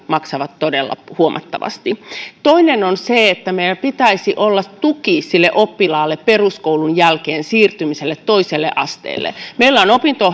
maksavat todella huomattavasti toinen on se että meillä pitäisi olla sille oppilaalle tuki siirtymiseen peruskoulun jälkeen toiselle asteelle meillä on opinto